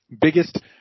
biggest